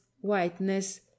whiteness